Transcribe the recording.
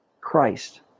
Christ